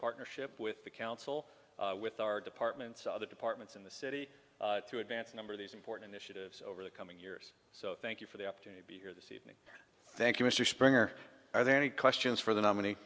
partnership with the council with our departments other departments in the city to advance a number of these important issues over the coming years so thank you for the opportunity to be here this evening thank you mr springer are there any questions for the nominee